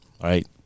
right